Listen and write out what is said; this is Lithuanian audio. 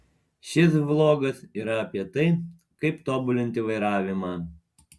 šis vlogas yra apie tai kaip tobulinti vairavimą